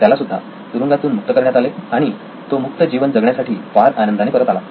त्याला सुद्धा तुरुंगातून मुक्त करण्यात आले आणि तो मुक्त जीवन जगण्यासाठी फार आनंदाने परत आला